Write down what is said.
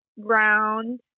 ground